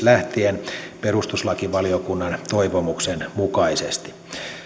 lähtien perustuslakivaliokunnan toivomuksen mukaisesti